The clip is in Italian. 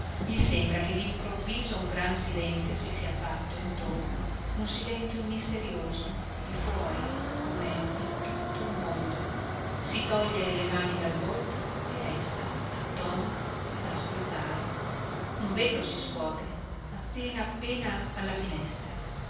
gli sembra che dimprovviso un gran silenzio si sia fatto intorno un silenzio misterioso di fuori come di tutto il mondo si toglie le mani dal volto e resta attonito ad ascoltare un vetro si scuote appena appena alla finestra